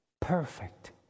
perfect